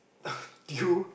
you